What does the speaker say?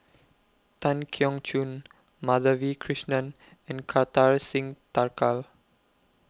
Tan Keong Choon Madhavi Krishnan and Kartar Singh Thakral